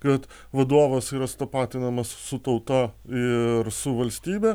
kad vadovas yra sutapatinamas su tauta ir su valstybe